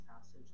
passage